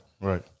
Right